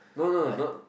no no not